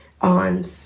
on